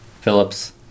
Phillips